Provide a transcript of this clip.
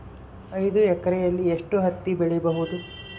ಐದು ಎಕರೆಯಲ್ಲಿ ಎಷ್ಟು ಹತ್ತಿ ಬೆಳೆಯಬಹುದು?